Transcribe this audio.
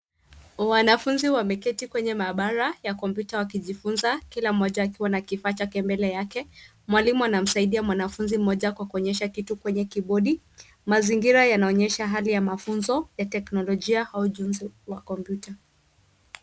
Wanafunzi wameketi kwenye maabara ya kompyuta wakijifunza, kila mmoja akiwa na kifaa chake mbele yake. Mwalimu anamsaidia mwanafunzi mmoja kwa kuonyesha kitu kwenye kibodi. Mazingira yanaonyesha hali ya mafunzo ya teknolojia au ujuzi wa kompyuta.